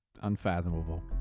unfathomable